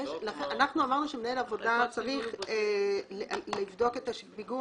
אמרנו שמנהל עבודה צריך לבדוק את הפיגום